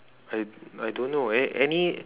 I I don't know a~ any